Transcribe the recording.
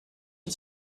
and